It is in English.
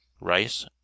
rice